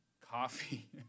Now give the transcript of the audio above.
coffee